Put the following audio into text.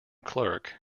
clerk